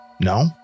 no